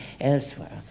elsewhere